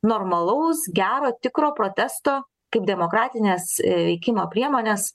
normalaus gero tikro protesto kaip demokratinės veikimo priemonės